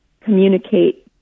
communicate